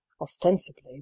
ostensibly